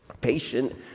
patient